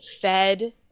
fed